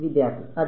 വിദ്യാർത്ഥി അതെ